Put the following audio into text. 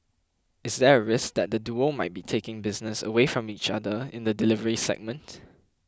is there a risk that the duo might be taking business away from each other in the delivery segment